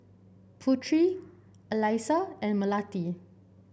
Putri Alyssa and Melati